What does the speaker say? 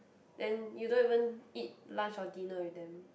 then you don't even eat lunch or dinner with them